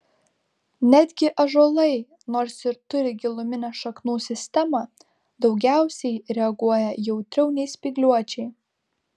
netgi ąžuolai nors ir turi giluminę šaknų sistemą daugiausiai reaguoja jautriau nei spygliuočiai